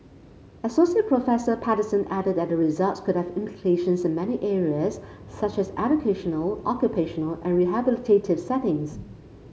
Asst Professor Patterson added that the results could have implications in many areas such as educational occupational and rehabilitative settings